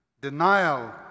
denial